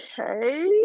okay